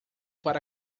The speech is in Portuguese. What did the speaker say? para